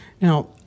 Now